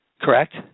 correct